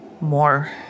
more